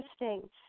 interesting